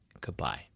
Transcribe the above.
goodbye